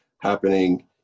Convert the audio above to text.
happening